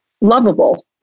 lovable